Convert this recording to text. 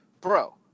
bro